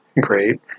great